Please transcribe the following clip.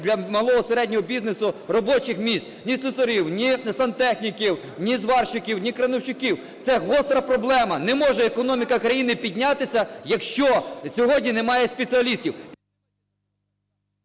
для малого і середнього бізнесу робочих місць: ні слюсарів, ні сантехніків, ні зварщиків, ні крановщиків. Це гостра проблема, не може економіка країни піднятися, якщо сьогодні немає спеціалістів.